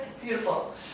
beautiful